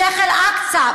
שיח' אל-אקצא,